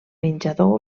menjador